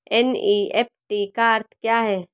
NEFT का अर्थ क्या है?